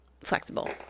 flexible